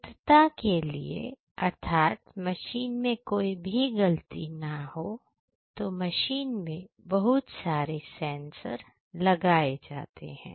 शुद्धता के लिए अर्थात मशीन में कोई भी गलती ना हो तो मशीन में बहुत सारे सेंसर लगाए जाते हैं